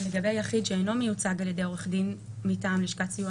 לגבי יחיד שאינו מיוצג על ידי עורך דין מטעם לשכת סיוע